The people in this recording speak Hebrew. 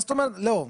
מה זאת אומרת, לא.